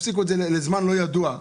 הפסיקו את זה לזמן לא יודע.